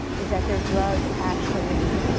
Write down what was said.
is that their drug actually